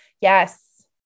Yes